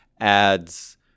adds